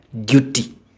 duty